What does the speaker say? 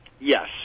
yes